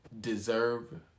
deserve